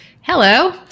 Hello